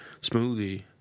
smoothie